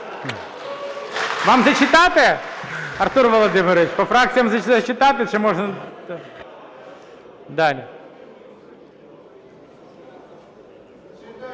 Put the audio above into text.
Вам зачитати? Артур Володимирович, по фракціях зачитати чи